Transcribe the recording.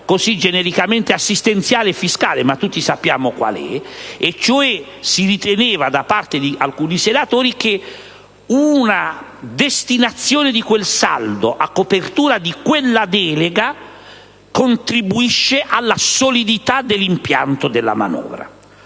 chiamo genericamente assistenziale e fiscale, ma che tutti sappiamo qual è. Si riteneva da parte di alcuni senatori che una destinazione di quel miglioramento del saldo a copertura di quella delega contribuisse alla solidità dell'impianto della manovra;